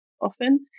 often